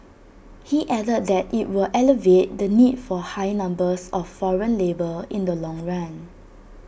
he added that IT will alleviate the need for high numbers of foreign labour in the long run